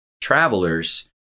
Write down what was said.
travelers